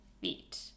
feet